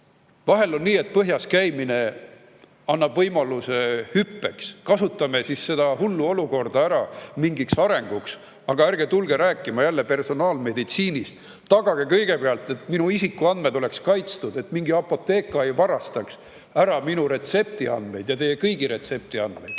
Vahel on nii, et põhjas käimine annab võimaluse hüppeks. Kasutame siis seda hullu olukorda ära mingiks arenguks. Aga ärge tulge rääkima jälle personaalmeditsiinist. Tagage kõigepealt, et minu isikuandmed oleks kaitstud, et mingi Apotheka ei varastaks ära minu ja teie kõigi retseptiandmeid.